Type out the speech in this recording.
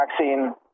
vaccine